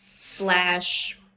slash